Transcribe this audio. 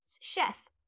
chef